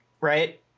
right